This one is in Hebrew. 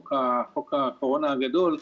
חוק הקורונה הגדול,